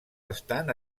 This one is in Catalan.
estan